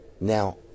Now